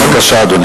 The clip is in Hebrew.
בבקשה, אדוני.